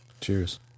Cheers